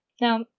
Now